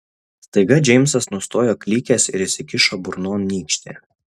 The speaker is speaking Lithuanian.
staiga džeimsas nustojo klykęs ir įsikišo burnon nykštį